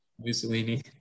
Mussolini